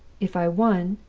if i won,